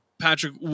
Patrick